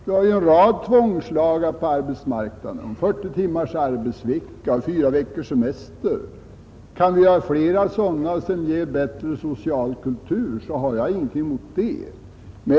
Vi har ju en rad tvångslagar på arbetsmarknaden — 40 timmars arbetsvecka, fyra veckors semester — kan vi få flera sådana som ger bättre social kultur, har jag givetvis ingenting emot det.